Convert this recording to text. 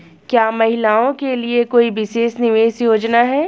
क्या महिलाओं के लिए कोई विशेष निवेश योजना है?